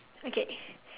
okay